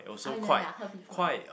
ah ya ya I heard before um